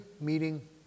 meeting